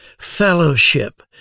fellowship